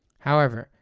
however,